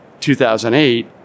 2008